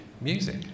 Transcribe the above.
music